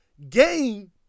game